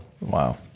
Wow